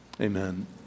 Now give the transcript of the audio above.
Amen